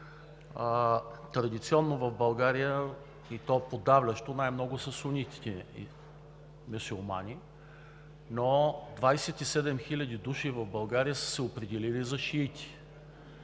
Традиционно в България, и то подавлящо, най-много са сунитите мюсюлмани, но 27 хиляди души в България са се определили за шиити